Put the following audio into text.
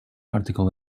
article